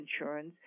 insurance